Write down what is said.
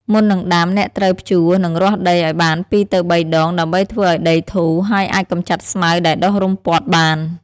មុននឹងដាំ អ្នកត្រូវភ្ជួរ និងរាស់ដីឱ្យបាន ២ទៅ៣ ដង ដើម្បីធ្វើឱ្យដីធូរ ហើយអាចកម្ចាត់ស្មៅដែលដុះរុំព័ទ្ធបាន។